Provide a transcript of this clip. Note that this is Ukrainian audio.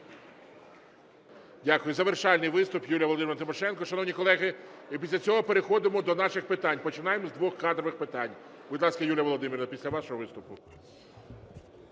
Дякую. Завершальний виступ Юлії Володимирівни Тимошенко. Шановні колеги, і після цього переходимо до наших питань. Починаємо з двох кадрових питань. Будь ласка, Юлія Володимирівна, після вашого виступу.